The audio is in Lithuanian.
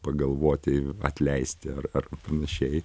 pagalvoti atleisti ar ar panašiai